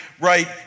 right